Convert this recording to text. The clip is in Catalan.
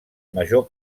major